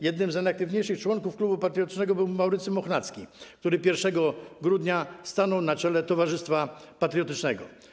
Jednym z najaktywniejszych członków Klubu Patriotycznego był Maurycy Mochnacki, który 1 grudnia stanął na czele Towarzystwa Patriotycznego.